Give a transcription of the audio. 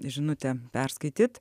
žinutę perskaityt